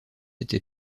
était